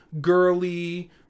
girly